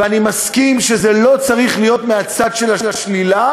ואני מסכים שזה לא צריך להיות מהצד של השלילה,